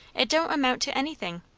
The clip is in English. it don't amount to anything.